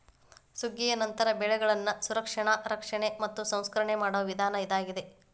ಸುಗ್ಗಿಯ ನಂತರ ಬೆಳೆಗಳನ್ನಾ ಸಂರಕ್ಷಣೆ, ರಕ್ಷಣೆ ಮತ್ತ ಸಂಸ್ಕರಣೆ ಮಾಡುವ ವಿಧಾನ ಇದಾಗಿದೆ